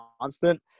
constant –